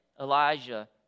Elijah